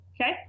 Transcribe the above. Okay